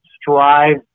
strive